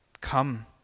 Come